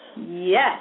Yes